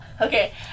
Okay